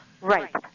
Right